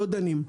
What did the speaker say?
לא דנים.